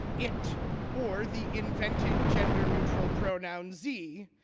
it or the invented gender neutral pronouns ze.